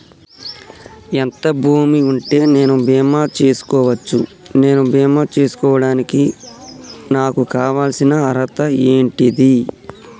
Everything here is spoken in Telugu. ఎంత భూమి ఉంటే నేను బీమా చేసుకోవచ్చు? నేను బీమా చేసుకోవడానికి నాకు కావాల్సిన అర్హత ఏంటిది?